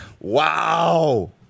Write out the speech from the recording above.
Wow